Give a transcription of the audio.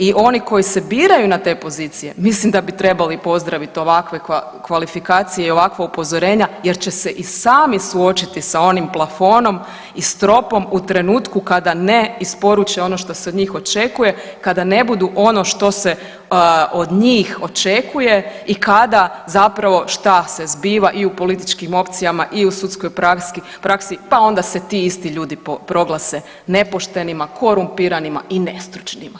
I oni koji se biraju na te pozicije mislim da bi trebali pozdraviti ovakve kvalifikacije i ovakva upozorenja jer će se i sami suočiti sa onim plafonom i stropom u trenutku kada ne isporuče ono što se od njih očekuje, kada ne budu ono što se od njih očekuje i kada zapravo šta se zbiva i u političkim opcijama i u sudskoj praksi pa onda se ti isti ljudi proglase nepoštenima, korumpiranima i nestručnima.